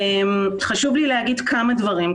חשוב לי להגיד כמה דברים,